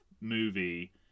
movie